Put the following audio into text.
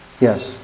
yes